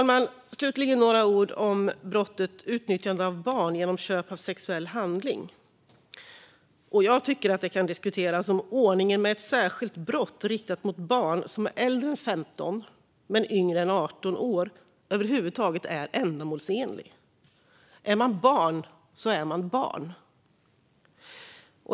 Låt mig slutligen säga några ord om brottet utnyttjande av barn genom köp av sexuell handling. Jag tycker att det kan diskuteras om ordningen med ett särskilt brott riktat mot barn som är äldre än 15 men yngre än 18 år över huvud taget är ändamålsenligt. Är man barn så är man barn.